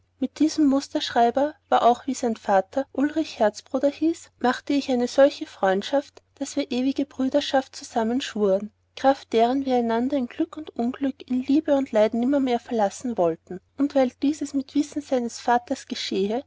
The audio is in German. mit diesem musterschreiber welcher auch wie sein vatter ulrich herzbruder hieß machte ich eine solche freundschaft daß wir ewige brüderschaft zusammen schwuren kraft deren wir einander in glück und unglück in liebe und leid nimmermehr verlassen wollten und weil dieses mit wissen seines vatters